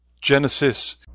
Genesis